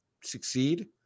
succeed